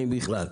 אם בכלל.